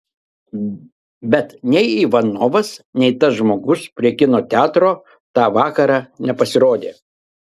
bet nei ivanovas nei tas žmogus prie kino teatro tą vakarą nepasirodė